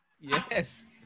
Yes